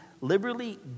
liberally